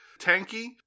tanky